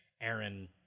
Aaron